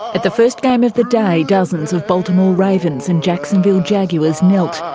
at the first game of the day, dozens of baltimore ravens and jacksonville jaguars knelt.